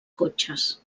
cotxes